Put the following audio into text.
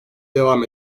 devam